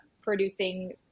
producing